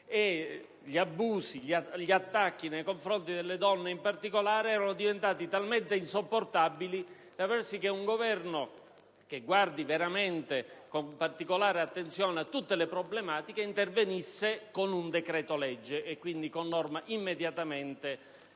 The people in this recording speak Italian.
gli abusi e gli attacchi nei confronti delle donne in particolare, erano diventati talmente insopportabili da far sì che un Governo che guardi veramente con attenzione particolare a tutte le problematiche intervenisse con un decreto-legge, quindi, con norma immediatamente applicabile